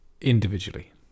individually